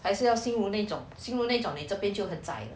还是要 xin ru 那种 xin ru 那种那这边就很窄